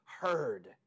heard